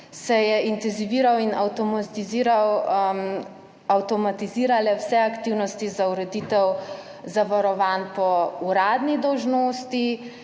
so se intenzivirale in avtomatizirale vse aktivnosti za ureditev zavarovanj po uradni dolžnosti